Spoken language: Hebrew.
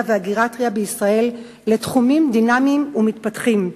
והגריאטריה בישראל לתחומים דינמיים ומתפתחים.